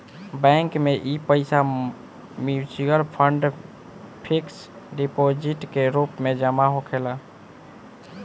bank में इ पईसा मिचुअल फंड, फिक्स डिपोजीट के रूप में जमा होखेला